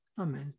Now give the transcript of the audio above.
Amen